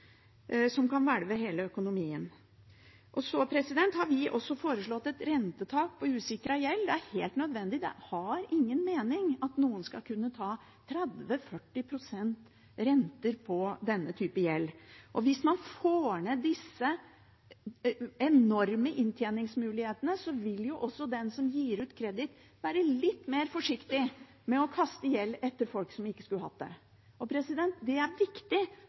som kan velte hele økonomien. Vi har også foreslått et rentetak på usikret gjeld. Det har ingen mening at noen skal kunne ta 30–40 pst. renter på denne typen gjeld. Hvis man får redusert disse enorme inntjeningsmulighetene, vil også den som gir kreditt, være litt mer forsiktig med å kaste gjeld etter folk som ikke skulle hatt det. Det er viktig.